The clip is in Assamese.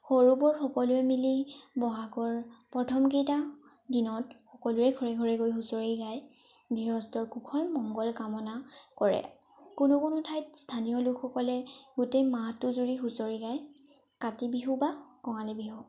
সৰু বৰ সকলোৱে মিলি বহাগৰ প্ৰথমকেইটা দিনত সকলোৰে ঘৰে ঘৰে গৈ হুঁচৰি গায় গৃহস্থৰ কুশল মংগল কামনা কৰে কোনো কোনো ঠাইত স্থানীয় লোকসকলে গোটেই মাহটো জুৰি হুঁচৰি গায় কাতি বিহু বা কঙালী বিহু